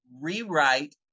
rewrite